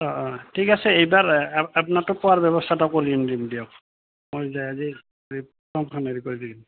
অঁ অঁ ঠিক আছে এইবাৰ আপোনটোক পোৱাৰ ব্যৱস্থা এটা কৰিম দিম দিয়ক মই যে আজি হেৰি ফৰ্মখান হেৰি কৰি দিম